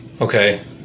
Okay